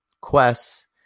quests